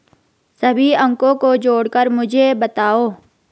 सभी अंकों को जोड़कर मुझे बताओ